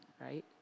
Right